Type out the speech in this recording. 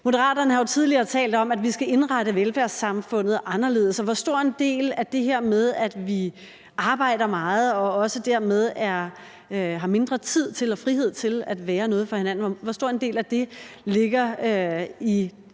Moderaterne har jo tidligere talt om, at vi skal indrette velfærdssamfundet anderledes, så hvor stor en del af det her med, at vi arbejder meget og også dermed har mindre tid til og frihed til at være noget for hinanden, ligger i idéerne bag det her nye